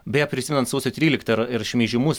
beje prisimenant sausio tryliktą ir ir šmeižimu